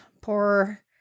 poor